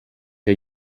què